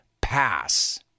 pass